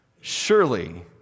Surely